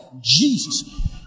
Jesus